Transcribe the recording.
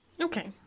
Okay